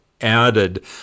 added